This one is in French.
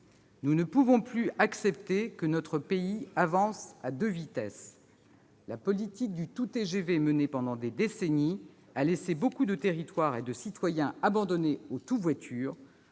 nous ne pouvons plus accepter que notre pays avance à deux vitesses. La politique du tout-TGV menée pendant des décennies a laissé beaucoup de territoires et de citoyens abandonnés au tout-voiture.